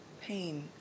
pain